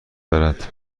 دارد